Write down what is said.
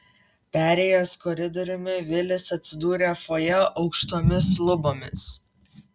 perėjęs koridoriumi vilis atsidūrė fojė aukštomis lubomis